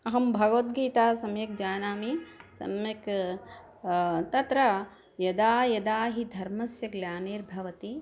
अहं भगवद्गीतां सम्यक् जानामि सम्यक् तत्र यदा यदा हि धर्मस्य ग्लानिर्भवति